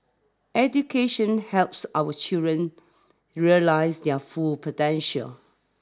education helps our children realise their full potential